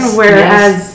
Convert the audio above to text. whereas